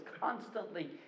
constantly